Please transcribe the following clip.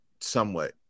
somewhat